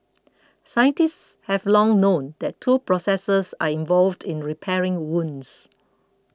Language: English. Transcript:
scientists have long known that two processes are involved in repairing wounds